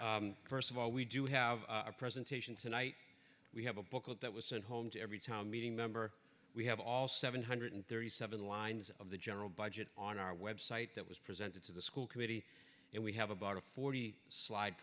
you first of all we do have a presentation tonight we have a booklet that was sent home to every town meeting member we have all seven hundred thirty seven lines of the general budget on our website that was presented to the school committee and we have about a forty slide